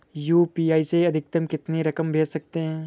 UPI से अधिकतम कितनी रकम भेज सकते हैं?